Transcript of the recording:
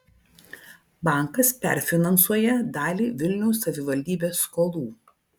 bankas perfinansuoja dalį vilniaus savivaldybės skolų